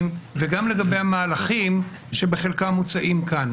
וגם לגבי המהלכים שבחלקם מוצעים כאן.